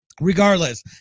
Regardless